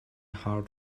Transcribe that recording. hard